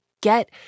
get